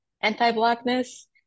anti-Blackness